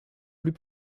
plus